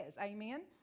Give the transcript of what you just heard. Amen